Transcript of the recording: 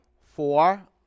Four